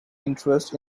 interest